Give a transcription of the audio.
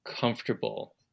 comfortable